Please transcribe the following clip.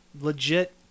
legit